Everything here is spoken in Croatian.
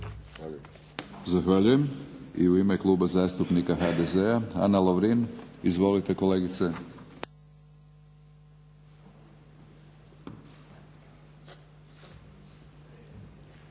Zahvaljujem. I u ime Kluba zastupnika HDZ-a Ana Lovrin. Izvolite kolegice.